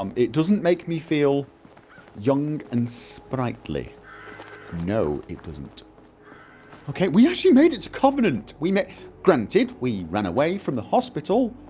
um it doesn't make me feel young and spritely no, it doesn't okay, we actually made it to covenant, we made granted, we ran away from the hospital